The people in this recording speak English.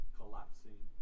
collapsing